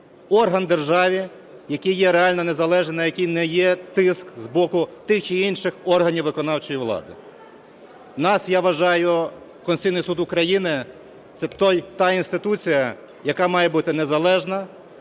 орган в державі, який є реально незалежний, на який не є тиск з боку тих чи інших органів виконавчої влади. У нас, я вважаю, Конституційний Суд України – це та інституція, яка має бути незалежна,